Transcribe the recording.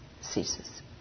ceases